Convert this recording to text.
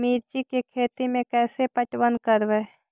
मिर्ची के खेति में कैसे पटवन करवय?